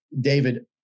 David